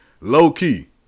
Low-key